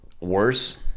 worse